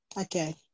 Okay